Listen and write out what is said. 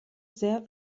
sehr